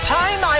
time